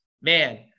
man